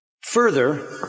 Further